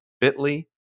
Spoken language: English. bit.ly